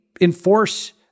enforce